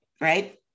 right